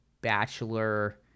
Bachelor